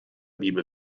bibel